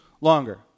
longer